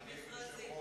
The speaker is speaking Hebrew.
כשאני הייתי יושב-ראש,